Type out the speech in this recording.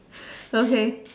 okay